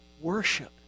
Worship